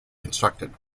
constructed